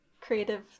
creative